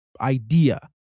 idea